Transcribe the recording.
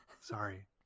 Sorry